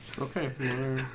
Okay